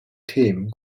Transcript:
team